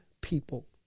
people